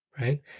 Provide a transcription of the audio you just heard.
Right